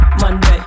Monday